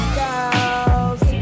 girls